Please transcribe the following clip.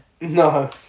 No